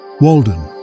Walden